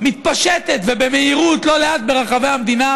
מתפשטת ובמהירות, לא לאט, ברחבי המדינה,